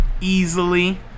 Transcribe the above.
easily